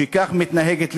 שכך מתנהגת לאזרחיה.